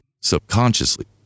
subconsciously